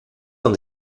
van